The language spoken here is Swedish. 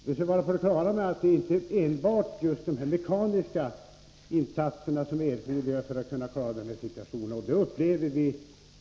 Herr talman!